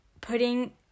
putting